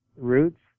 roots